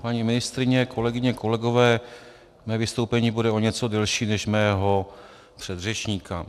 Paní ministryně, kolegyně, kolegové, mé vystoupení bude o něco delší než mého předřečníka.